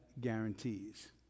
guarantees